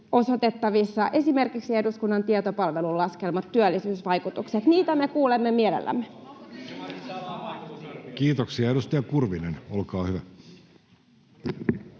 osoitettavissa esimerkiksi eduskunnan tietopalvelun laskemat työllisyysvaikutukset? Niitä me kuulemme mielellämme. [Perussuomalaisten ryhmästä: